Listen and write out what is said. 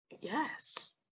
Yes